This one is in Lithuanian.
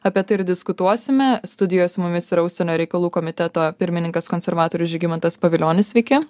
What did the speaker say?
apie tai ir diskutuosime studijoj su mumis yra užsienio reikalų komiteto pirmininkas konservatorius žygimantas pavilionis sveiki